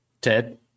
Ted